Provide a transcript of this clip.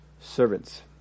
servants